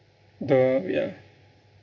the ya